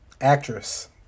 actress